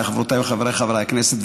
חברותיי וחבריי חברי הכנסת,